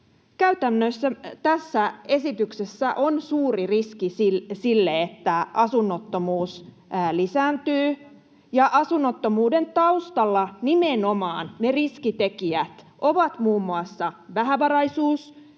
Käytännössä tässä esityksessä on suuri riski sille, että asunnottomuus lisääntyy. Asunnottomuuden taustalla ne riskitekijät ovat nimenomaan muun muassa vähävaraisuus,